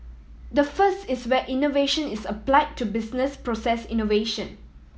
the first is where innovation is applied to business process innovation